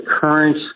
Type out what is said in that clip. current